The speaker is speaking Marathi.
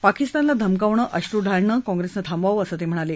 पाकिस्तानला धमकावणं अश्रु ढाळणं कॉंप्रेसनं थांबवावं असं ते म्हणाले